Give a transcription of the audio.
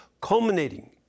culminating